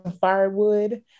firewood